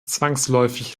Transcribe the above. zwangsläufig